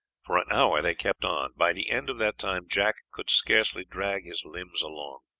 for an hour they kept on. by the end of that time jack could scarcely drag his limbs along.